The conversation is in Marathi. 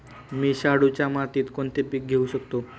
मी शाडूच्या मातीत कोणते पीक घेवू शकतो?